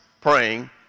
praying